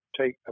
take